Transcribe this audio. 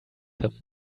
them